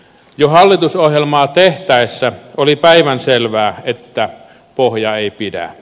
jo hallitusohjelmaa tehtäessä oli päivänselvää että pohja ei pidä